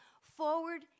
forward